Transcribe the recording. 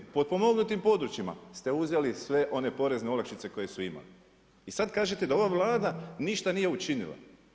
Potpomognutim područjima ste uzeli sve one porezne olakšice koje su imali i sad kažete da ova Vlada ništa nije učinila.